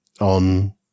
on